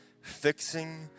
fixing